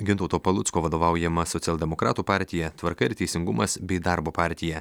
gintauto palucko vadovaujama socialdemokratų partija tvarka ir teisingumas bei darbo partija